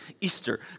Easter